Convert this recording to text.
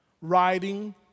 writing